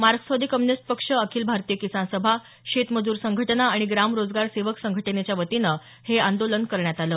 मार्क्सवादी कम्युनिस्ट पक्ष अखिल भारतीय किसान सभा शेतमजूर संघटना आणि ग्राम रोजगार सेवक संघटनेच्या वतीनं हे आंदोलन करण्यात आलं